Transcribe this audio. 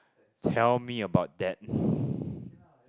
tell me about that